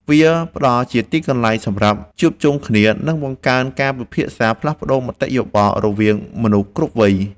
វាផ្ដល់ជាទីកន្លែងសម្រាប់ជួបជុំគ្នា និងបង្កើនការពិភាក្សាផ្លាស់ប្តូរមតិយោបល់រវាងមនុស្សគ្រប់វ័យ។